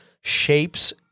shapes